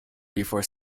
before